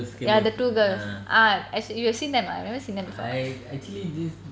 ya the two girls ah as you have seen them ah I have never seen them before